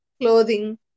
clothing